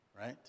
right